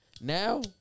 Now